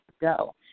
go